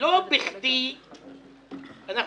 לא בכדי אנחנו